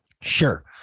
Sure